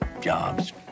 jobs